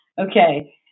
Okay